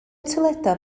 toiledau